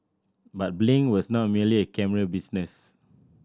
but Blink was not merely a camera business